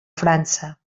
frança